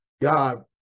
God